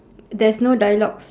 there's no dialogues